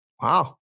Wow